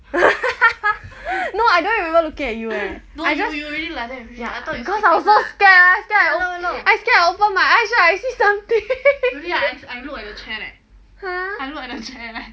no I don't remember looking at you eh I just ya cause I was so scared I scared I scared I open my eyes right I see something !huh!